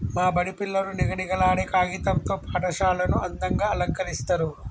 మా బడి పిల్లలు నిగనిగలాడే కాగితం తో పాఠశాలను అందంగ అలంకరిస్తరు